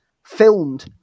filmed